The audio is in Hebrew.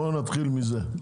בוא נתחיל מזה,